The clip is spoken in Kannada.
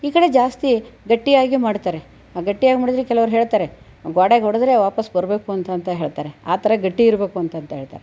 ಈ ಕಡೆ ಜಾಸ್ತಿ ಗಟ್ಟಿಯಾಗೆ ಮಾಡುತ್ತಾರೆ ಗಟ್ಟಿಯಾಗಿ ಮಾಡಿದರೆ ಕೆಲವರ ಹೇಳುತ್ತಾರೆ ಗೋಡೆಗೆ ಹೊಡೆದ್ರೆ ವಾಪಸ್ಸು ಬರಬೇಕು ಅಂತಂತ ಹೇಳುತ್ತಾರೆ ಆ ತರ ಗಟ್ಟಿ ಇರಬೇಕು ಅಂತಂತ ಹೇಳುತ್ತಾರೆ